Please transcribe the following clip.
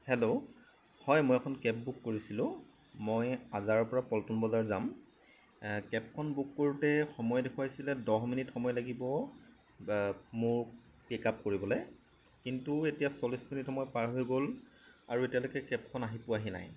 hello হয় মই এখন কেব বুক কৰিছিলোঁ মই আজাৰাৰ পৰা পল্টন বজাৰ যাম কেব খন বুক কৰোতে সময় দেখুৱাইছিলে দহ মিনিট সময় লাগিব মোক পিক আপ কৰিবলৈ কিন্তু এতিয়া চল্লিছ মিনিট সময় পাৰ হৈ গ'ল আৰু এতিয়ালৈকে কেব খন আহি পোৱাহি নাই